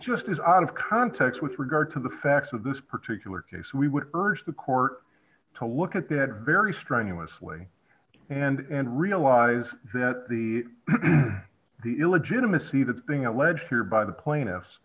just is out of context with regard to the facts of this particular case we would urge the court to look at that very strenuously and realize that the the illegitimacy that's being alleged here by the plaintiffs